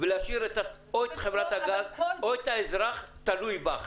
ולהשאיר את חברת הגז או את האזרח תלוי בך?